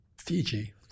Fiji